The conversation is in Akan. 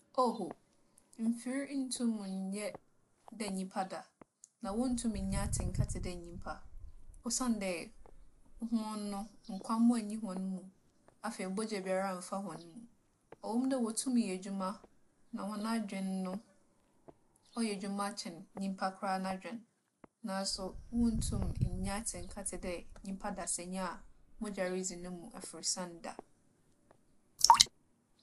Oho, mfir nntum nnyɛ dɛ nyimpa da, na wonntum nnya atsenka tse dɛ nyimpa osiandɛ hͻn no, nkwambowa nnyi hͻn mu. Afei, bͻgya biara mmfa hͻn mu. ͻwͻ mu dɛ wotum yɛ edwuma, na hͻn adwen no, ͻyɛ edwuma kyɛn nyimpa koraa n'adwen naaso wonntum nnya atsenka tse dɛ nyimpa dasanyi a bͻgya ridzi no mu aforsian da.